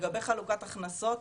בנוגע לחלוקת הכנסות